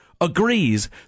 agrees